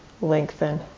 lengthen